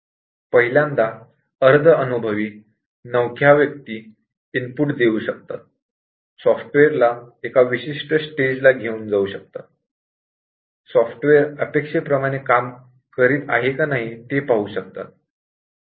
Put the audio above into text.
पहिल्यांदा अर्ध अनुभवी नवख्या व्यक्ती इनपुट देऊ शकतात सॉफ्टवेअर ला एका विशिष्ट स्टेट ला घेऊन जाऊ शकतात सॉफ्टवेअर अपेक्षेप्रमाणे काम करीत आहे की नाही हे पाहू शकतात